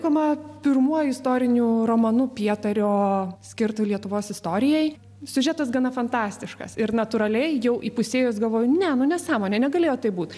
laikoma pirmuoju istoriniu romanu pietario skirtu lietuvos istorijai siužetas gana fantastiškas ir natūraliai jau įpusėjus galvoju ne nu nesąmonė negalėjo taip būti